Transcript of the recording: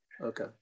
Okay